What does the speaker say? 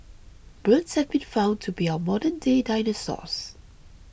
birds have been found to be our modernday dinosaurs